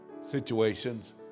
situations